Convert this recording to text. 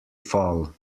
fall